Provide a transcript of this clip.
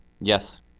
Yes